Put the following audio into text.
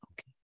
Okay